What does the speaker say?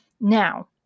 Now